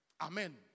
Amen